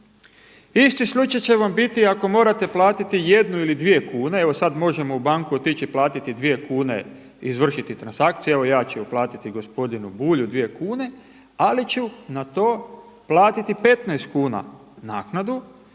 Isti slučaj će vam biti ako morate platiti jednu ili dvije kune, evo sada možemo u banku otići platili 2 kune, izvršiti transakcije, evo ja ću uplatiti gospodinu Bulju 2 kune ali ću na to platiti 15 kuna naknadu